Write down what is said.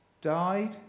died